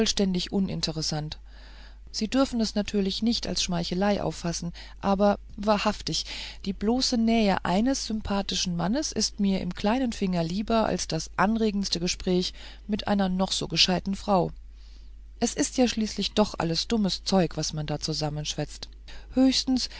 uninteressant sie dürfen es natürlich nicht als schmeichelei auffassen aber wahrhaftig die bloße nähe eines sympathischen mannes ist mir im kleinen finger lieber als das anregendste gespräch mit einer noch so gescheiten frau es ist ja schließlich doch alles dummes zeug was man da zusammenschwätzt höchstens